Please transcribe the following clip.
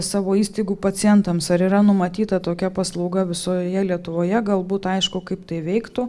savo įstaigų pacientams ar yra numatyta tokia paslauga visoje lietuvoje galbūt aišku kaip tai veiktų